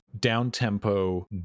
down-tempo